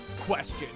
question